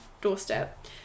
doorstep